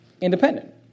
independent